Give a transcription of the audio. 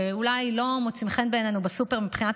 שאולי לא מוצאים חן בעינינו בסופר מבחינת